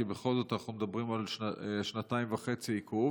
כי בכל זאת אנחנו מדברים על שנתיים וחצי עיכוב.